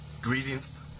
Greetings